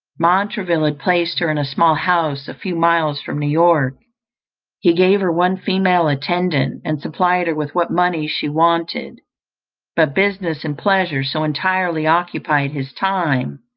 montraville had placed her in a small house a few miles from new-york he gave her one female attendant, and supplied her with what money she wanted but business and pleasure so entirely occupied his time,